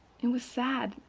it was sad,